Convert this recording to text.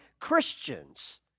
Christians